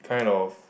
kind of